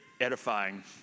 edifying